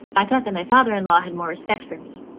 i thought that my father in law had more respect for me.